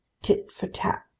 tit for tat,